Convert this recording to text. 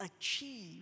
achieve